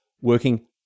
working